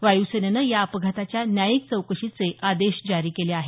वायूसेनेनं या अपघाताच्या न्यायिक चौकशीचे आदेश जारी केले आहेत